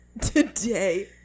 Today